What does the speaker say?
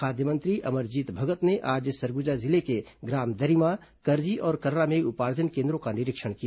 खाद्य मंत्री अमरजीत भगत ने आज सरगुजा जिले के ग्राम दरिमा करजी और कर्रा में उपार्जन केन्द्रों का निरीक्षण किया